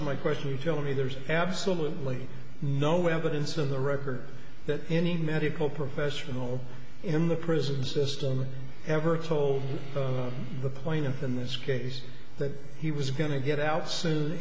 to my question you tell me there's absolutely no evidence in the record that any medical professional in the prison system ever told the plaintiff in this case that he was going to get out soon